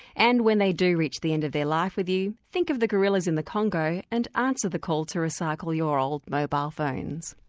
and when they do reach the end of their life with you, think of the gorillas in the congo and answer the call to recycle your old mobile phones.